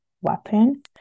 weapon